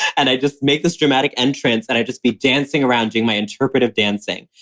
and i just make this dramatic entrance and i'd just be dancing around doing my interpretive dancing.